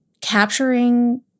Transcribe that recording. capturing